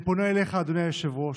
אני פונה אליך, אדוני היושב-ראש,